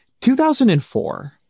2004